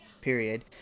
period